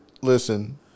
Listen